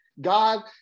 God